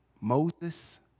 Moses